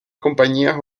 compañías